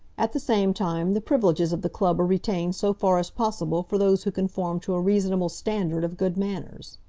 at the same time, the privileges of the club are retained so far as possible for those who conform to a reasonable standard of good manners.